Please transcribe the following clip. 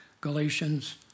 Galatians